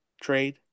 trade